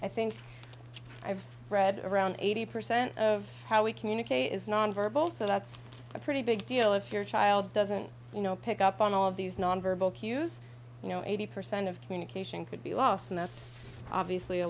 i think i've read around eighty percent of how we communicate is nonverbal so that's a pretty big deal if your child doesn't you know pick up on all of these nonverbal cues you know eighty percent of communication could be lost and that's obviously a